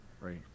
Right